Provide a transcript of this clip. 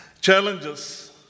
Challenges